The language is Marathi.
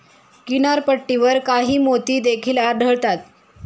किनारपट्टीवर काही मोती देखील आढळतात